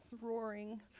roaring